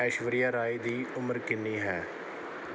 ਐਸ਼ਵਰਿਆ ਰਾਏ ਦੀ ਉਮਰ ਕਿੰਨੀ ਹੈ